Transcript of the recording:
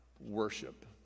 worship